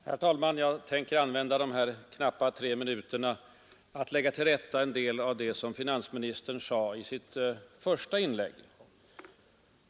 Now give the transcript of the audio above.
Herr talman! Jag tänker använda dessa knappa tre minuter till att lägga till rätta en del av det som finansministern sade i sitt första inlägg.